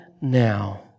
now